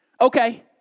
Okay